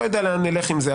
לא יודע לאן נלך עם זה.